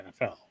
NFL